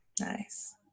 Nice